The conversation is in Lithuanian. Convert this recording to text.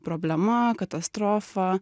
problema katastrofa